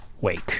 wake